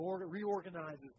reorganizes